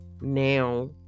now